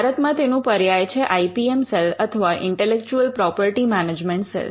ભારતમાં તેનું પર્યાય છે આઇ પી એમ સેલ અથવા એટલેઇન્ટેલેક્ચુઅલ પ્રોપર્ટી મેનેજમેન્ટ સેલ